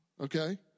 okay